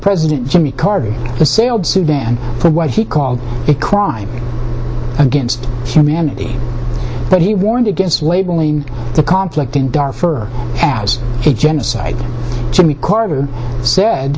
president jimmy carter assailed sudan for what he called it crimes against humanity but he warned against labeling the conflict in dark fur as he genocide jimmy carter said